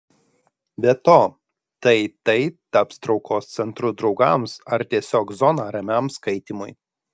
be to tai tai taps traukos centru draugams ar tiesiog zona ramiam skaitymui